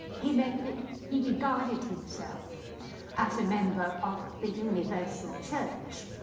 he meant that he regarded himself as a member of the universal church,